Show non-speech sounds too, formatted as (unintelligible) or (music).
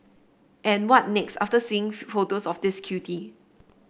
and what next after seeing (unintelligible) photos of this cutie